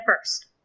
first